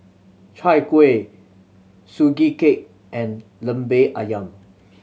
Chai Kueh Sugee Cake and Lemper Ayam